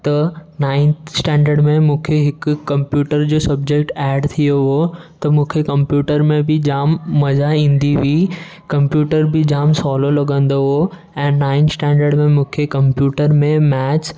त ninth standard में मूंखे हिकु कंप्यूटर जो सबजेक्ट ऐड थी वियो हुओ त मूंखे कंप्यूटर में बि जाम मज़ा ईंदी हुई कंप्यूटर बि जाम सहुलो लॻंदो हुओ ऐं नाईंथ स्टैंडड में मूंखे कंप्यूटर में मैथ्स